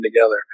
together